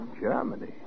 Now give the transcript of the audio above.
Germany